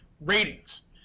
Ratings